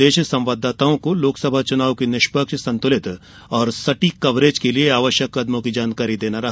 कार्यशाला का उद्देश्य संवाददाताओं को लोकसभा चुनाव की निष्पक्ष संतुलित और सटीक कवरेज के लिए आवश्यक कदमों की जानकारी देना था